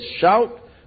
shout